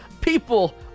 people